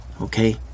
okay